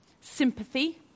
sympathy